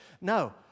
No